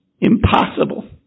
impossible